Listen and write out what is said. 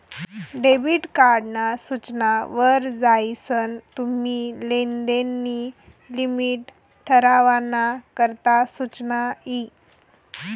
debit card ना सूचना वर जायीसन तुम्ही लेनदेन नी लिमिट ठरावाना करता सुचना यी